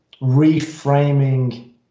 reframing